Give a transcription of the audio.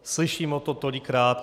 Slyším o tom tolikrát.